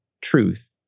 truth